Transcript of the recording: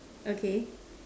okay